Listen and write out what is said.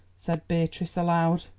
said beatrice aloud.